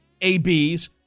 ABs